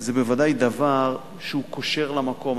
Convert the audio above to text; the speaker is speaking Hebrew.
זה בוודאי דבר שקושר למקום.